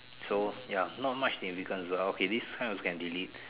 so ya not much significance but okay this kind also can delete